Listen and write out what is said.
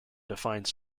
defines